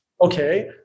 Okay